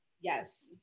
Yes